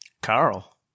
Carl